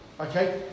okay